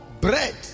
bread